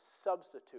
substitute